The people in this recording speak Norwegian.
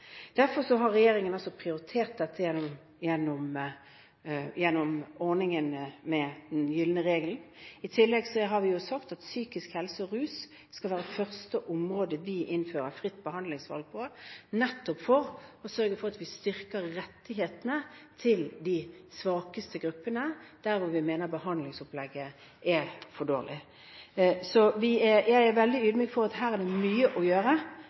Derfor har regjeringen også prioritert dette gjennom ordningen med den gylne regel. I tillegg har vi sagt at psykisk helse og rus skal være det første området vi innfører fritt behandlingsvalg på, nettopp for å sørge for at vi styrker rettighetene til de svakeste gruppene, der vi mener behandlingsopplegget er for dårlig. Jeg er veldig ydmyk for at her er det mye å gjøre